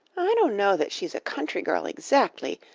i don't know that she's a country girl exactly,